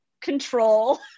control